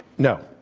no,